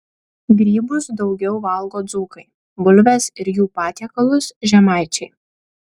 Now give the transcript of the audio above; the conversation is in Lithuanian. grybus daugiau valgo dzūkai bulves ir jų patiekalus žemaičiai